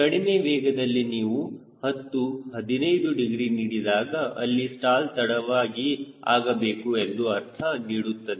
ಕಡಿಮೆ ವೇಗದಲ್ಲಿ ನೀವು 10 15 ಡಿಗ್ರಿ ನೀಡಿದಾಗ ಅಲ್ಲಿ ಸ್ಟಾಲ್ ತಡವಾಗಿ ಆಗಬೇಕು ಎಂದು ಅರ್ಥ ನೀಡುತ್ತದೆ